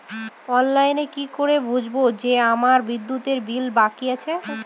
অনলাইনে কি করে বুঝবো যে আমার বিদ্যুতের বিল বাকি আছে?